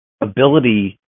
ability